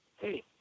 Hey